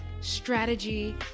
strategy